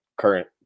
current